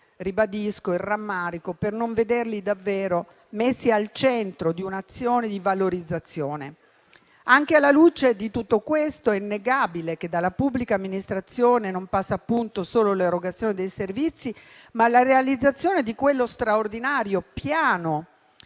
ribadisco, il rammarico per non vederli davvero messi al centro di un'azione di valorizzazione. Anche alla luce di tutto questo, è innegabile che dalla pubblica amministrazione non passi, appunto, solo l'erogazione dei servizi, ma la realizzazione di quello straordinario piano